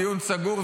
דיון סגור,